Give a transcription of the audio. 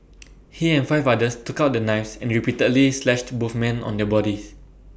he and five others took out their knives and repeatedly slashed both men on their bodies